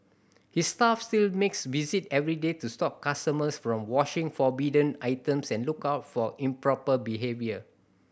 his staff still make visit every day to stop customers from washing forbidden items and look out for improper behaviour